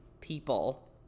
people